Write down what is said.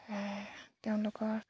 তেওঁলোকৰ